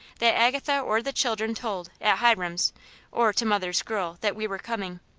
that agatha or the children told, at hiram's or to mother's girl, that we were coming.